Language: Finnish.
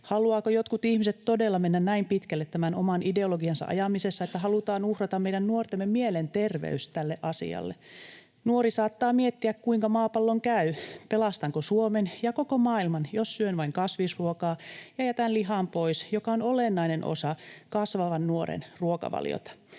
Haluavatko jotkut ihmiset todella mennä näin pitkälle tämän oman ideologiansa ajamisessa, että halutaan uhrata meidän nuortemme mielenterveys tälle asialle? Nuori saattaa miettiä, kuinka maapallon käy, pelastanko Suomen ja koko maailman, jos syön vain kasvisruokaa ja jätän lihan pois, joka on olennainen osa kasvavan nuoren ruokavaliota,